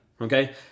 okay